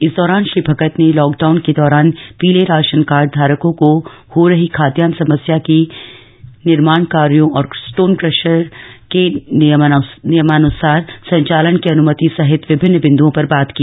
इस दौरान श्री भगत ने लॉक डाउन के दौरान पीले राशन कार्ड धारकों को हो रही खाद्यान्न की समस्या निर्माण कार्यों और स्टोन क्रेशर के नियमानुसार संचालन की अनुमति सहित विभिन्न बिन्दुओं पर बात की